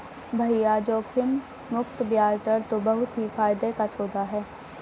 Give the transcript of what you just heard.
भैया जोखिम मुक्त बयाज दर तो बहुत ही फायदे का सौदा है